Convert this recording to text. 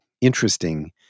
interesting